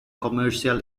commercial